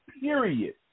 period